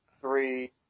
three